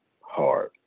hard